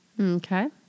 Okay